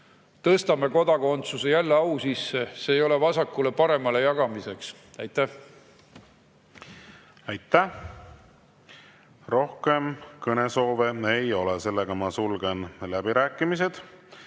Tõstame kodakondsuse jälle au sisse! See ei ole vasakule-paremale jagamiseks. Aitäh! Aitäh! Rohkem kõnesoove ei ole. Sulgen läbirääkimised.